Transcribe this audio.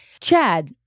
Chad